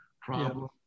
problem